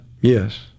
Yes